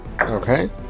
Okay